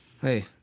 Hey